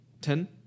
Ten